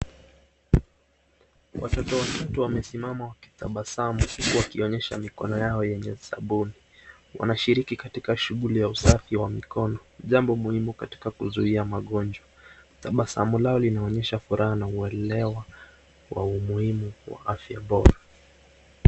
Watoto watatu wamesimama wakitabasamu huku wakionyesha mikono yao yenye sabuni. Wanashiriki katika shughuli ya usafi wa mikono. Jambo muhimu katika kuzuia magonjwa. Tabasamu lao linaonyesha furaha na uelewa wa umuhimu wa afya bora.